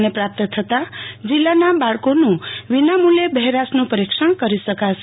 ને પ્રાપ્ત થતાં જિલ્લાના બાળકોનું વિનામુલ્ચે બહેરાશનું પરિક્ષણ કરી શકાશે